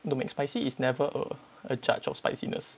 no Mcspicy is never a a judge of spiciness